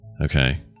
Okay